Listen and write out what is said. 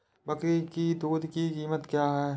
बकरी की दूध की कीमत क्या है?